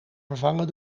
vervangen